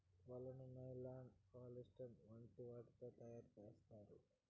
వలను nylon, polyester వంటి వాటితో తయారు చేత్తారు